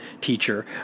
teacher